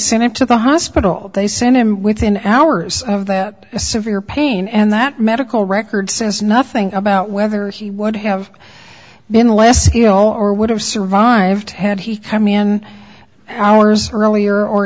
sent him to the hospital they sent him within hours of that severe pain and that medical records since nothing about whether he would have been less you know or would have survived had he come in hours earlier or